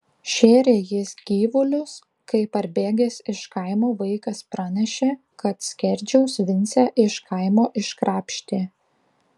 šėrė jis gyvulius kai parbėgęs iš kaimo vaikas pranešė kad skerdžiaus vincę iš kaimo iškrapštė